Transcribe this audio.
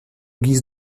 guise